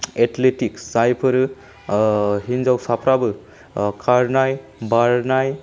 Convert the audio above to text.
athletics जायफोरो हिनजावसाफोराबो खारनाय बारनाय